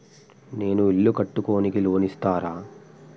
నేను ఇల్లు కట్టుకోనికి లోన్ ఇస్తరా?